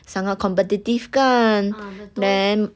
sangat competitive kan then